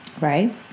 right